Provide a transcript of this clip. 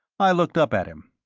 i looked up at him.